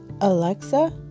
Alexa